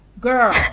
Girl